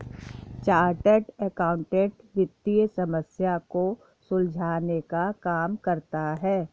chartered accountant वित्तीय समस्या को सुलझाने का काम करता है